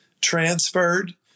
transferred